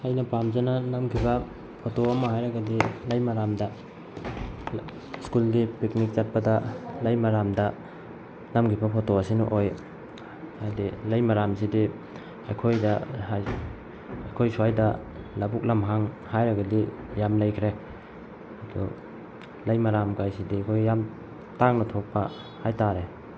ꯑꯩꯅ ꯄꯥꯝꯖꯅ ꯅꯝꯈꯤꯕ ꯐꯣꯇꯣ ꯑꯃ ꯍꯥꯏꯔꯒꯗꯤ ꯂꯩꯃꯔꯥꯝꯗ ꯁ꯭ꯀꯨꯜꯒꯤ ꯄꯤꯛꯅꯤꯛ ꯆꯠꯄꯗ ꯂꯩꯃꯔꯥꯝꯗ ꯅꯝꯈꯤꯕ ꯐꯣꯇꯣ ꯑꯁꯤꯅ ꯑꯣꯏ ꯍꯥꯏꯕꯗꯤ ꯂꯩꯃꯔꯥꯝꯁꯤꯗꯤ ꯑꯩꯈꯣꯏꯅ ꯍꯥꯏꯗꯤ ꯑꯩꯈꯣꯏ ꯁ꯭ꯋꯥꯏꯗ ꯂꯧꯕꯨꯛ ꯂꯝꯍꯥꯡ ꯍꯥꯏꯔꯒꯗꯤ ꯌꯥꯝ ꯂꯩꯈ꯭ꯔꯦ ꯑꯗꯨ ꯂꯩꯃꯔꯥꯝ ꯀꯥꯏꯁꯤꯗꯤ ꯑꯩꯈꯣꯏ ꯌꯥꯝ ꯇꯥꯡꯅ ꯊꯣꯛꯄ ꯍꯥꯏꯇꯥꯔꯦ